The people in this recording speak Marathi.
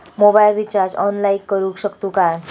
मोबाईल रिचार्ज ऑनलाइन करुक शकतू काय?